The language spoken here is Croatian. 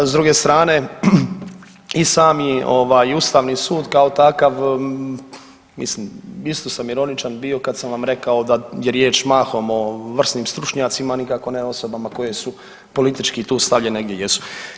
S druge strane i sami ovaj ustavni sud kao takav mislim isto sam ironičan bio kad sam vam rekao da je riječ mahom o vrsnim stručnjacima, nikako ne o osobama koje su politički tu stavljene gdje jesu.